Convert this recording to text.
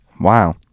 Wow